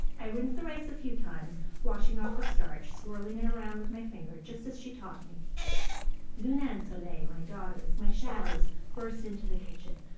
i rinse the rice a few times, washing off the starch, swirling it around with my finger, just as she taught me luna and soleil, my daughters, my shadows, burst into the kitchen,